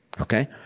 okay